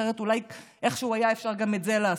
אחרת אולי איכשהו היה אפשר גם את זה לעשות.